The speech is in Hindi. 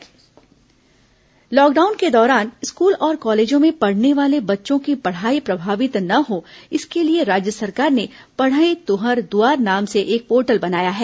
दुर्ग दिव्यांगजन ऑनलाइन पढ़ाई लॉकडाउन के दौरान स्कूल और कॉलेजों में पढ़ने वाले बच्चों की पढ़ाई प्रभावित न हो इसके लिए राज्य सरकार ने पढ़ई तुंहर दुआर नाम से एक पोर्टल बनाया है